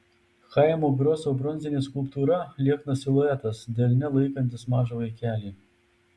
chaimo groso bronzinė skulptūra lieknas siluetas delne laikantis mažą vaikelį